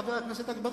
חבר הכנסת אגבאריה,